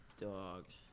dogs